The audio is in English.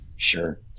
sure